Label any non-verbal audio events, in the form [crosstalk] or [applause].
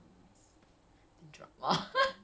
[breath] what do I really like